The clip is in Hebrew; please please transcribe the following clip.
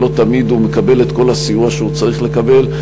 ולא תמיד הוא מקבל את כל הסיוע שהוא צריך לקבל.